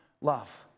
love